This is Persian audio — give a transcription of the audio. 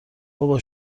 بابا